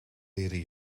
leren